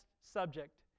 subject